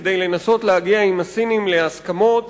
כדי לנסות להגיע עם הסינים להסכמות